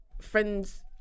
friends